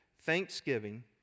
thanksgiving